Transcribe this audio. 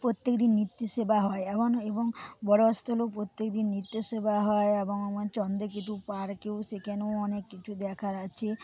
প্রত্যেকদিন নিত্য সেবা হয় এবং এবং বড় অস্তলেও প্রত্যেকদিন নিত্য সেবা হয় এবং চন্দ্রকেতু পার্কেও সেখানেও অনেক কিছু দেখার আছে